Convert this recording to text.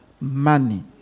money